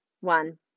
One